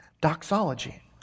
doxology